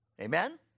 Amen